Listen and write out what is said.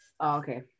okay